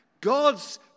God's